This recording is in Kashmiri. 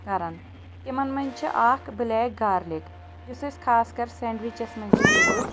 کَران تِمن منٛز چھِ اَکھ بٕلیک گارلِک یُس أسۍ خاص کر سینٛڈوِچَس منٛز چھِ یوٗز